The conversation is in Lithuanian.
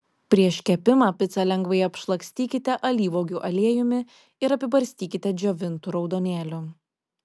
prieš kepimą picą lengvai apšlakstykite alyvuogių aliejumi ir apibarstykite džiovintu raudonėliu